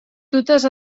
dutes